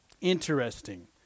Interesting